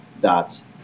dots